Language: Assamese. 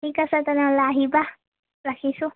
ঠিক আছে তেনেহ'লে আহিবা ৰাখিছোঁ